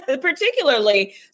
Particularly